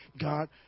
God